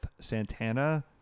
Santana